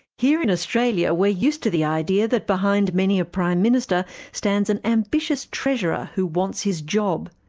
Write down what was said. here in australia we're used to the idea that behind many a prime minister stands an ambitious treasurer who wants his job.